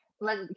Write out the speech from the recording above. let